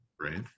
right